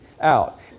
out